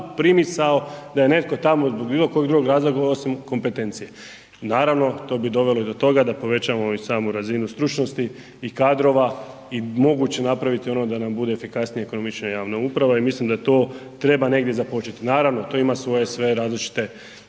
primisao da je netko tamo zbog bilo kojeg drugog razloga osim kompetencije. Naravno, to bi dovelo i do toga da povećamo i samu razinu stručnosti i kadrova i moguće napraviti ono da nam bude efikasnija i ekonomičnija javna uprava. I mislim da to treba negdje započeti. Naravno to ima svoje sve različite